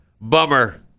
Bummer